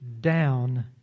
down